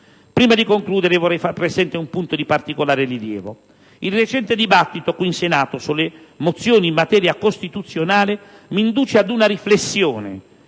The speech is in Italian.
Prima di concludere, vorrei far presente un punto di particolare rilievo. Il recente dibattito in Senato sulle mozioni in materia costituzionale mi induce ad una riflessione,